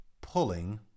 pulling